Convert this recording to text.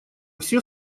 все